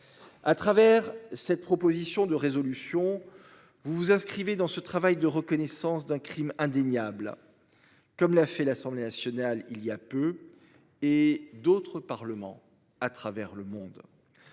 À travers cette proposition de résolution. Vous vous inscrivez dans ce travail de reconnaissance d'un crime indéniable. Comme l'a fait. L'Assemblée nationale il y a peu et d'autres parlements à travers le monde.